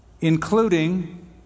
including